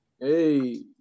Hey